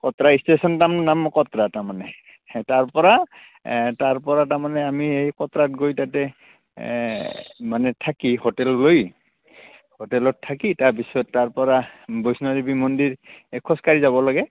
তা ষ্টেচন তাৰ নাম কতৰা তাৰমানে তাৰ পৰা তাৰপৰা তাৰমানে আমি এই কতৰাত গৈ তাতে মানে থাকি হোটেল লৈ হোটেলত থাকি তাৰপিছত তাৰ পৰা বৈষ্ণৱদেৱী মন্দিৰ এ খোজকাঢ়ি যাব লাগে